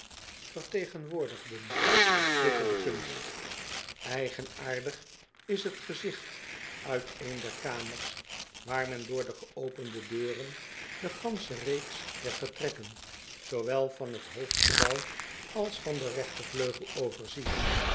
vertegenwoordigen op wickel de kunst igenaardig is het gezigt uit eene der kamers waar men door de geopende deuren de gansche reeks der vertrekken zoowel van het hoofdgebouw als van de regtervleugel overziet